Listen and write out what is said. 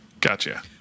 Gotcha